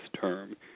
term